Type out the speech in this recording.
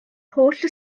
holl